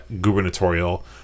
gubernatorial